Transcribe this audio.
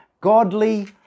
godly